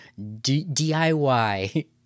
DIY